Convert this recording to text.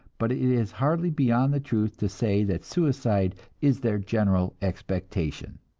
but it is hardly beyond the truth to say that suicide is their general expectation.